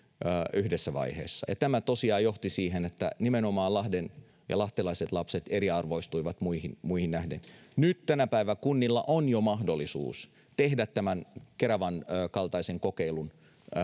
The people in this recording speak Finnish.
yhdessä vaiheessa ja tämä tosiaan johti siihen että nimenomaan lahtelaiset lapset eriarvoistuivat muihin muihin nähden nyt tämän päivän kunnilla on jo mahdollisuus tehdä tämän keravan kokeilun